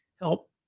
help